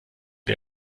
der